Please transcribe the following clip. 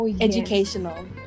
educational